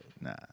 nah